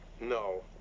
No